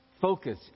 focus